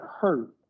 hurt